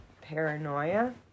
paranoia